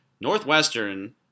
Northwestern